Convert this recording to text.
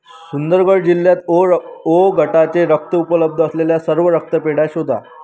सुंदरगड जिल्ह्यात ओ र ओ गटाचे रक्त उपलब्ध असलेल्या सर्व रक्तपेढ्या शोधा